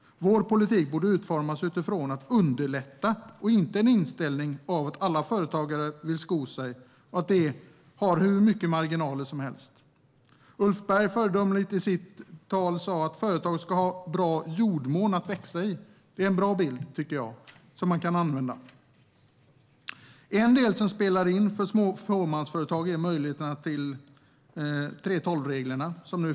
Vår politik borde utformas utifrån att underlätta, inte utifrån en inställning av att alla företagare vill sko sig och har hur mycket marginaler som helst. Ulf Berg sa föredömligt i sitt anförande att företag ska ha bra jordmån att växa i. Det tycker jag är en bra bild som man kan använda. Något som spelar in för fåmansföretag är 3:12-reglerna.